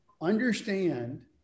understand